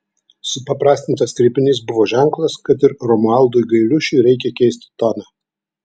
supaprastintas kreipinys buvo ženklas kad ir romualdui gailiušiui reikia keisti toną